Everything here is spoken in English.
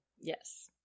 yes